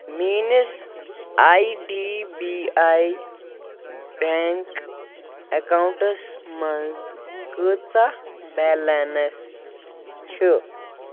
میٲنِس I D B I bank accounts منٛٛز کٕژاہ بٮ۪لنٕس چھِ